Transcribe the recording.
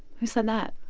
who said that?